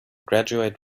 graduate